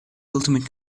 ultimate